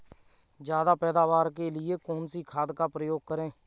ज्यादा पैदावार के लिए कौन सी खाद का प्रयोग करें?